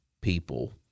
people